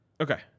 Okay